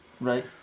Right